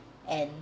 and